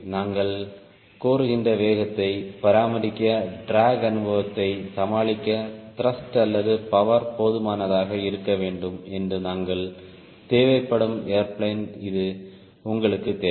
நாங்கள் கோருகின்ற வேகத்தை பராமரிக்க ட்ராக் அனுபவத்தை சமாளிக்க த்ருஷ்ட் அல்லது பவர் போதுமானதாக இருக்க வேண்டும் என்று நாங்கள் தேவைப்படும் ஏர்பிளேன் இது உங்களுக்குத் தேவை